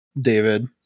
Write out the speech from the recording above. david